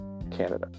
Canada